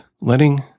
letting